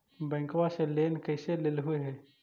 बैंकवा से लेन कैसे लेलहू हे?